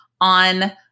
on